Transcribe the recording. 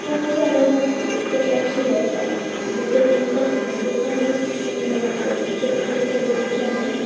खूप साऱ्या गोष्टी कशा शिवायच्या म्हणजे कटिंगपासून ते पूर्ण स्टिचिंगपर्यंतची सगळी प्रोसेस त्यांनी